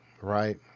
right